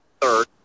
third